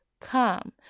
come